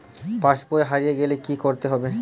পাশবই হারিয়ে গেলে কি করতে হবে?